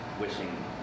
wishing